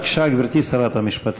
בבקשה, גברתי שרת המשפטים.